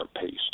pace